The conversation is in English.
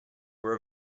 were